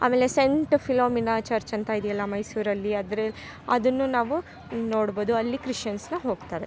ಆಮೇಲೆ Saint Philomena church ಅಂತ ಇದೆಯಲ್ಲ ಮೈಸೂರಲ್ಲಿ ಆದರೆ ಅದನ್ನ ನಾವು ನೊಡ್ಬೋದು ಅಲ್ಲಿ ಕ್ರಿಶಿಯನ್ಸ್ನ ಹೊಗ್ತಾರೆ